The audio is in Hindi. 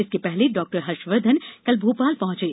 इसके पहले डॉक्टर हर्षवर्धन कल भोपाल पहुंचे